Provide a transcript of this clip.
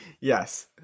Yes